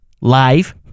live